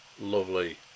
Lovely